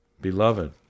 Beloved